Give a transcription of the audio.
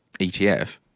ETF